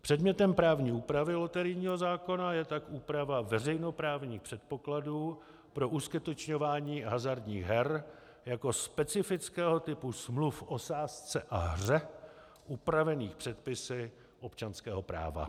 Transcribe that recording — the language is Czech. Předmětem právní úpravy loterijního zákona je tak úprava veřejnoprávních předpokladů pro uskutečňování hazardních her jako specifického typu smluv o sázce a hře upravených předpisy občanského práva...